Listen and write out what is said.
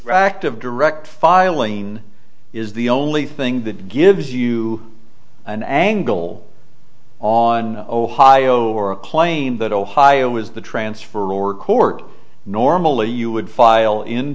act of direct filing is the only thing that gives you an angle on ohio or a claim that ohio is the transfer or court normally you would file in